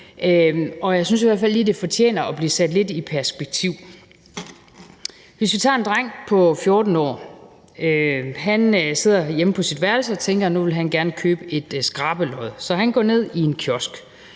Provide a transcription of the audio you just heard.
og jeg synes i hvert fald, at det lige fortjener at blive sat lidt i perspektiv. Vi kan tage en dreng på 14 år som eksempel. Han sidder hjemme på sit værelse og tænker, at nu vil han gerne købe et skrabelod, så han går ned i en kiosk.